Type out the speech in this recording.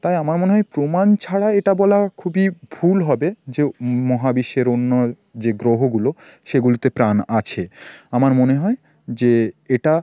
তাই আমার মনে হয় প্রমাণ ছাড়া এটা বলা খুবই ভুল হবে যে মহাবিশ্বের অন্য যে গ্রহগুলো সেগুলোতে প্রাণ আছে আমার মনে হয় যে এটা